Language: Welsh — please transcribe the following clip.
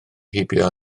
heibio